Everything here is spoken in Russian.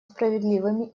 справедливыми